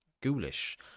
ghoulish